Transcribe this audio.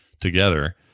together